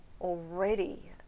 already